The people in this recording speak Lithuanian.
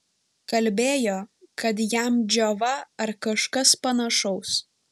kalbėjo kad jam džiova ar kažkas panašaus